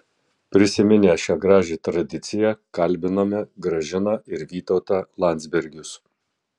prisiminę šią gražią tradiciją kalbiname gražiną ir vytautą landsbergius